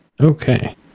Okay